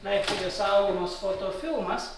leipcige saugomas fotofilmas